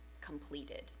completed